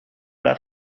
laat